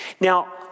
Now